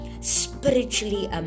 spiritually